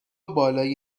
بالای